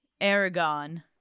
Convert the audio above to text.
Aragon